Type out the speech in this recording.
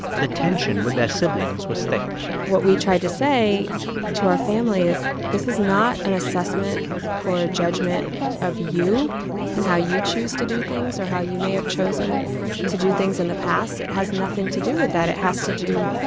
the tension with their siblings was thick what we tried to say to our family is, this is not an assessment or judgment of you and how you choose to do things or how you may have chosen to do things in the past. it has nothing to do with that. it has to do